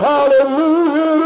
Hallelujah